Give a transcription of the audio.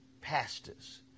pastors